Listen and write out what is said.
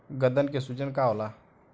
गदन के सूजन का होला?